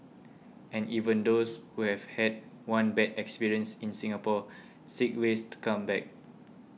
and even those who have had one bad experience in Singapore seek ways to come back